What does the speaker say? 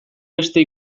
beste